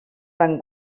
van